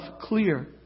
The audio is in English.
clear